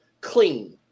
clean